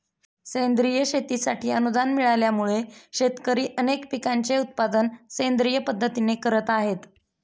सेंद्रिय शेतीसाठी अनुदान मिळाल्यामुळे, शेतकरी अनेक पिकांचे उत्पादन सेंद्रिय पद्धतीने करत आहेत